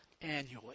annually